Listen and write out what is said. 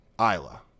Isla